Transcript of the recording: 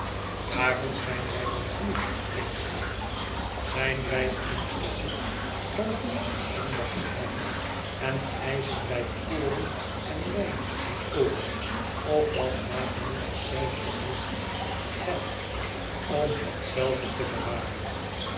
waarom zijn wij dan hier mijne vrienden zijn wij in het bezit van een zondig geheim en eischen wij koren en wijn en olie of wat nagenoeg hetzelfde is geld om hetzelve te bewaren